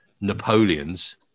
Napoleon's